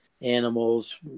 animals